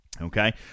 okay